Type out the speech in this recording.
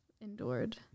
endured